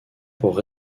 pour